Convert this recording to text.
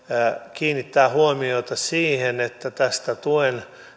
kiinnitetään huomiota siihen että tuen